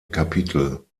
kapitel